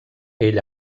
ell